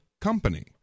company